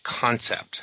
concept